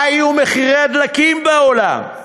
מה יהיו מחירי הדלקים בעולם?